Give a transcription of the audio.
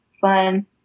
fun